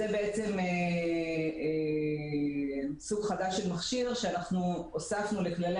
זה בעצם סוג חדש של מכשיר שהוספנו לכללי